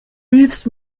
hilfst